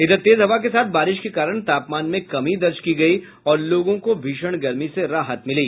इधर तेज हवा के साथ बारिश के कारण तापमान में कमी दर्ज की गयी और लोगों को भीषण गर्मी से राहत मिली